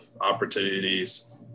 opportunities